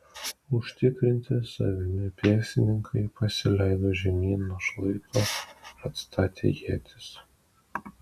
užtikrinti savimi pėstininkai pasileido žemyn nuo šlaito atstatę ietis